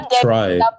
Try